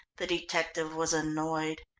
the detective was annoyed.